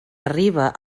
arriba